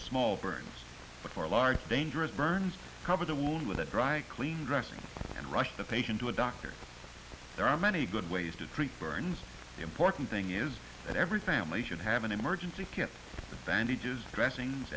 small burns but for large dangerous burns cover the wound with a dry cleaning dressing and rush the patient to a doctor there are many good ways to treat burns the important thing is that every family should have an emergency kit the bandages dressings